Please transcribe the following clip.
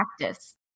practice